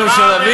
באה הממשלה.